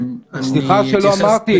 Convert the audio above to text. סליחה שלא אמרתי.